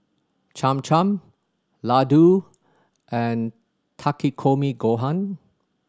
Cham Cham Ladoo and Takikomi Gohan